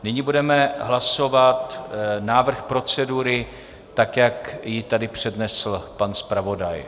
Nyní budeme hlasovat návrh procedury, tak jak ji tady přednesl pan zpravodaj.